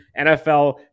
NFL